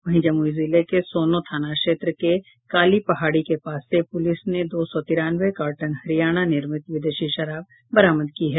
वहीं जमुई जिले के सोनो थाना क्षेत्र के काली पहाड़ी के पास से पुलिस ने दो सौ तिरानवे कार्टन हरियाणा निर्मित विदेशी शराब बरामद की है